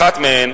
אחת מהן,